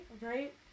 right